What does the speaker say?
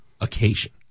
occasion